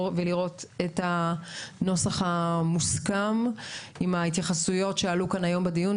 ולראות את הנוסח המוסכם עם ההתייחסויות שעלו כאן בדיון,